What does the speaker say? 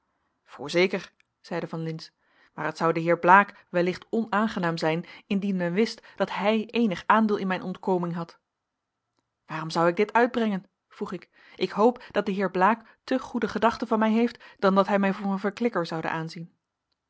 voorzeker zeide van lintz maar het zou den heer blaek wellicht onaangenaam zijn indien men wist dat hij eenig aandeel in mijn ontkoming had waarom zou ik dit uitbrengen vroeg ik ik hoop dat de heer blaek te goede gedachten van mij heeft dan dat hij mij voor een verklikker zoude aanzien